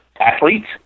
athletes